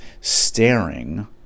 staring